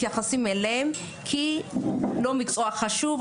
אך החברה מתייחסת למקצוע הזה כאילו שהוא לא חשוב.